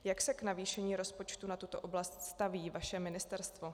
Jak se k navýšení rozpočtu na tuto oblast staví vaše ministerstvo?